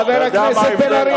חבר הכנסת בן-ארי,